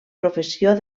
professió